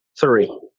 three